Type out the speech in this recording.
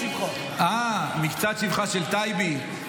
--- אה, מקצת שבחה של טייבי.